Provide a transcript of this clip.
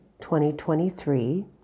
2023